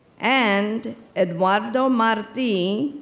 and eduardo marti,